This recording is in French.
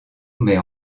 mais